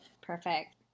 perfect